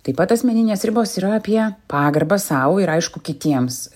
taip pat asmeninės ribos yra apie pagarbą sau ir aišku kitiems